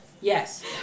Yes